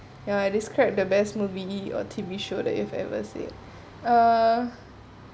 ya describe the best movie or T_V show that you've ever say uh